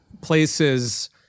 places